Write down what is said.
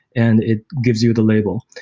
and it gives you the label.